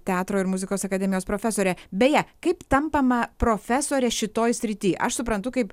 teatro ir muzikos akademijos profesorė beje kaip tampama profesore šitoj srity aš suprantu kaip